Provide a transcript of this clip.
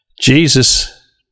Jesus